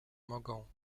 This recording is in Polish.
mogą